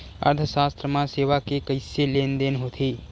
अर्थशास्त्र मा सेवा के कइसे लेनदेन होथे?